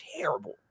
terrible